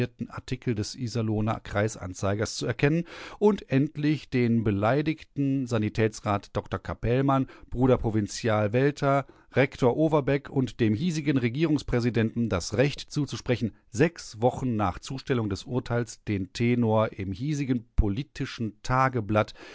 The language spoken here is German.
artikel des iserlohner kreisanzeigers zu erkennen und endlich den beleidigten sanitätsrat dr capellmann bruder provinzial welter rektor overbeck und dem hiesigen regierungspräsidenten das recht zuzusprechen sechs wochen nach zustellung des urteils den tenor im hiesigen politischen tagebl